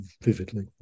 vividly